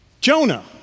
Jonah